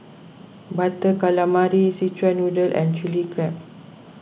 Butter Calamari Szechuan Noodle and Chilli Crab